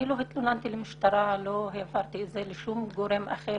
אני לא התלוננתי למשטרה ולא העברתי את זה לשום גורם אחר,